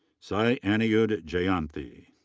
sai anirudh jayanthi.